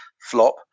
flop